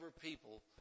people